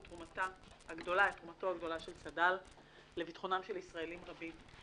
תרומתו הגדולה של צד"ל לביטחונם של ישראלים רבים.